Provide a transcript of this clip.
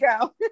go